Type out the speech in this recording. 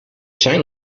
zijn